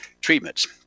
treatments